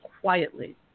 quietly